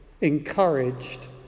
encouraged